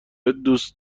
دوست